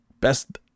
Best